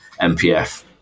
MPF